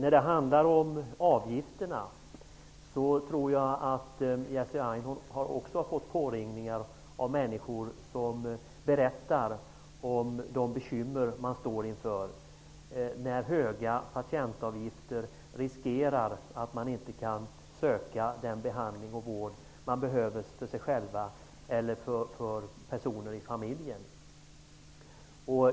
Vad gäller avgifterna tror jag att Jerzy Einhorn också har fått påringningar från människor som berättar om de bekymmer man står inför när höga patientavgifter riskerar att göra så att man inte kan söka den behandling och vård man själv eller personer i familjen behöver.